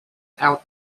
out